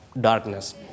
darkness